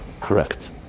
Correct